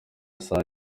saa